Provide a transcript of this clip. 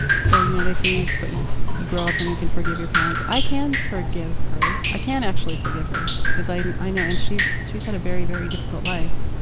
so you know they say you're but supposed, you grow up and you can forgive your parents. i can forgive her. i can actually forgive her because i and i know, and she's she's had a very very difficult life.